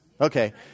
Okay